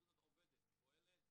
התוכנית הזאת עובדת, פועלת.